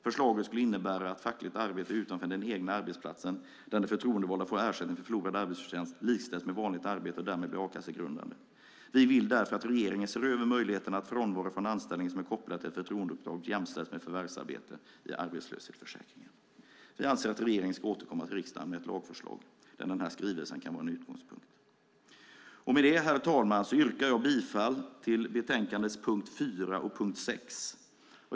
Förslaget skulle innebära att fackligt arbete utanför den egna arbetsplatsen - där den förtroendevalda får ersättning för förlorad arbetsförtjänst - likställs med vanligt arbete och därmed blir a-kassegrundande. Vi vill därför att regeringen ser över möjligheterna att jämställa frånvaro från anställningen som är kopplad till ett förtroendeuppdrag med förvärvsarbete i arbetslöshetsförsäkringen. Vi anser att regeringen ska återkomma till riksdagen med ett lagförslag där denna skrivelse kan vara en utgångspunkt. Med detta yrkar jag bifall till punkterna 4 och 6 i betänkandet.